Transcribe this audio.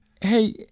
hey